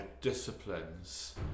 disciplines